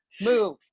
move